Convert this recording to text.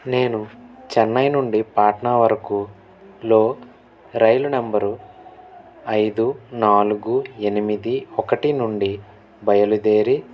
నేను చెన్నై నుండి పాట్నా వరకు లో రైలు నంబరు ఐదు నాలుగు ఎనిమిది ఒకటి నుండి బయలుదేరి